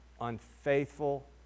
unfaithful